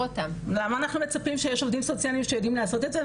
למה אנחנו מצפים שיש עובדים סוציאליים שיודעים לעשות את זה?